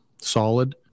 solid